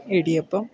idiyappam